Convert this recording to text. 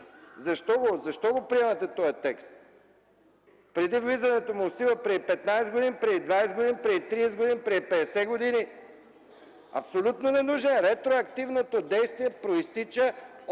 Защо приемате този текст? Преди влизането му в сила, преди 15 години, преди 20 години, преди 30 години, преди 50 години! Абсолютно ненужно. Ретроактивното действие произтича